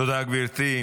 תודה, גברתי.